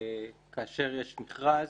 כאשר יש מכרז,